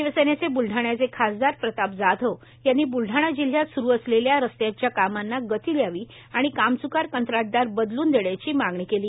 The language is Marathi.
शिवसेनेचे ब्लडाण्याचे खासदार प्रताप जाधव यांनी ब्लडाणा जिल्ह्यात स्रू असलेल्या रस्त्यांच्या कामांना गती द्यावी आणि कामच्कार कंत्राटदार बदलून देण्याची मागणी केली